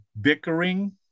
bickering